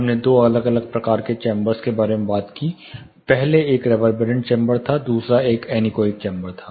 हमने दो अलग अलग प्रकार के चैंबर्स के बारे में बात की पहले एक रेवेरबेरेंट चैंबर था दूसरा एक एनीकोइक चैंबर था